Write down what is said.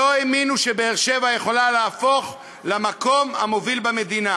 ולא האמינו שבאר-שבע יכולה להפוך למקום המוביל במדינה,